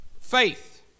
Faith